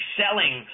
selling